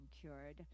cured